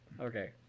Okay